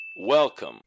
welcome